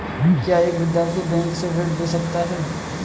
क्या एक विद्यार्थी बैंक से ऋण ले सकता है?